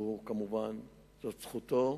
זו זכותו,